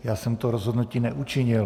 Já jsem to rozhodnutí neučinil.